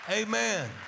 amen